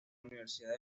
universidad